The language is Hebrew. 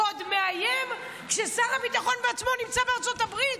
ועוד מאיים כששר הביטחון בעצמו נמצא בארצות הברית.